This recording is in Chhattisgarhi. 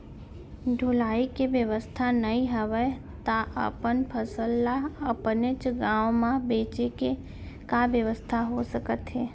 ढुलाई के बेवस्था नई हवय ता अपन फसल ला अपनेच गांव मा बेचे के का बेवस्था हो सकत हे?